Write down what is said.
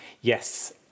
Yes